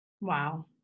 Wow